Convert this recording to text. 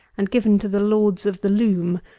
and given to the lords of the loom,